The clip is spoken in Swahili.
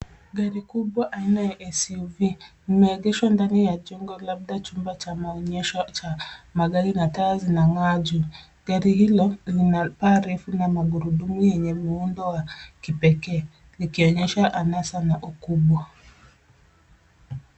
Gari kubwa aina ya SUV limeegeshwa ndani ya jengo, labda chumba cha maonyesho cha magari na taa zinang'aa juu. Gari hilo lina paa refu na magurudumu yenye muundo wa kipekee likionyesha anasa na ukubwa.